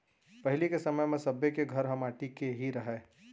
पहिली के समय म सब्बे के घर ह माटी के ही रहय